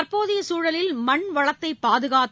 தற்போதைய சூழலில் மண் வளத்தை பாதுகாத்து